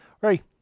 right